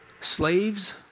Slaves